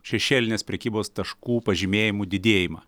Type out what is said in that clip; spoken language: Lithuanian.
šešėlinės prekybos taškų pažymėjimų didėjimą